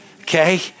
Okay